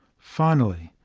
finally,